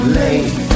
late